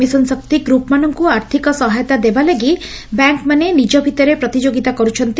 mission Shakti ଗ୍ରୁପ୍ମାନଙ୍କୁ ଆର୍ଥିକ ସହାୟତା ଦେବା ଲାଗି ବ୍ୟାଙ୍କ୍ମାନେ ନିକ ଭିତରେ ପ୍ରତିଯୋଗିତା କରୁଛନ୍ତି